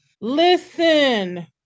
listen